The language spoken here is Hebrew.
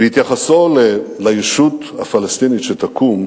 בהתייחסו לישות הפלסטינית שתקום